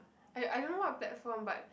I I don't know what platform but